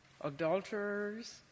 adulterers